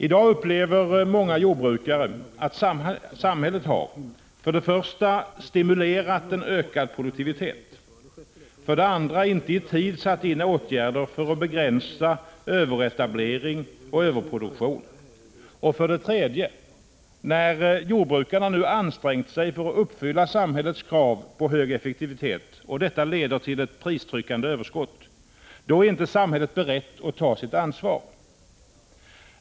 I dag upplever många jordbrukare att samhället för det första har stimulerat en ökad produktivitet, för det andra inte i tid har satt in åtgärder för att begränsa överetablering och överproduktion och för det tredje — när jordbrukarna nu ansträngt sig att uppfylla samhällets krav på hög effektivitet och detta leder till pristryckande överskott — inte är berett att ta sitt ansvar.